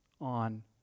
on